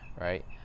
right